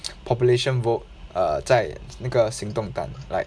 population vote err 在那个行动党 like